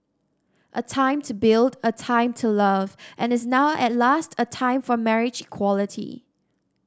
a time to build a time to love and is now at last a time for marriage equality